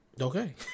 okay